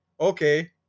okay